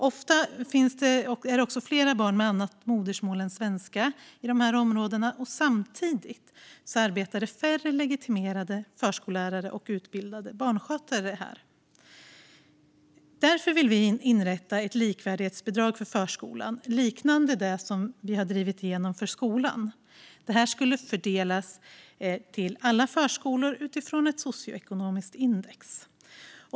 Ofta är det också flera barn med annat modersmål än svenska i de områdena. Samtidigt arbetar det färre legitimerade förskollärare och utbildade barnskötare här. Därför vill vi inrätta ett likvärdighetsbidrag för förskolan liknande det som vi har drivit igenom för skolan. Det skulle fördelas till alla förskolor utifrån ett socioekonomiskt index.